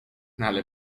ale